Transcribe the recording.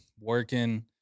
working